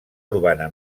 urbana